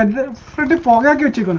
um the kind of ball, like into and